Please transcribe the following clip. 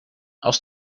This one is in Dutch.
als